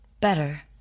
better